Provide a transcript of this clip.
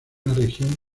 región